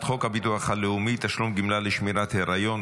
חוק הביטוח הלאומי (תשלום גמלה לשמירת היריון),